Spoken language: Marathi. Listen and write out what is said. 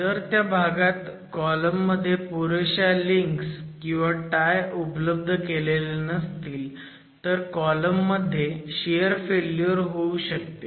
जर त्या भागात कॉलम मध्ये पुरेशा लिंक्स किंवा टाय उपलब्ध केलेले नसतील तर कॉलम मध्ये शियर फेल्युअर होऊ शकते